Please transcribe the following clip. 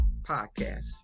Podcast